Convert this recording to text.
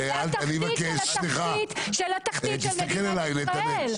הציבורי הם התחתית של התחתית של התחתית שלמדינת ישראל.